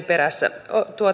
perässä